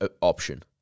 option